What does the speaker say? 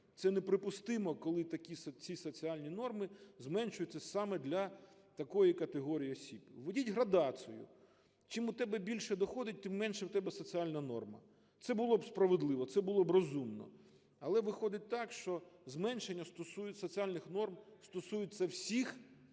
Це неприпустимо, коли такі… ці соціальні норми зменшуються саме для такої категорії осіб. Уведіть градацію: чим у тебе більше доходи, тим менше в тебе соціальна норма. Це було б справедливо, це було б розумно. Але виходить так, що зменшення стосується соціальних норм, стосується всіх…